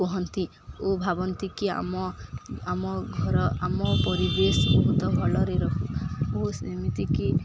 କୁହନ୍ତି ଓ ଭାବନ୍ତି କିି ଆମ ଆମ ଘର ଆମ ପରିବେଶ ବହୁତ ଭଲରେ ରହୁୁ ଓ ସେମିତିକି